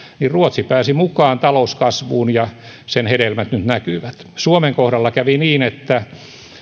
niin ruotsi pääsi mukaan talouskasvuun ja sen hedelmät nyt näkyvät suomen kohdalla kävi niin että